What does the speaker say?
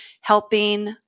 helping